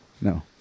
No